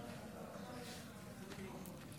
חבר הכנסת ווליד טאהא.